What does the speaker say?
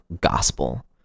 gospel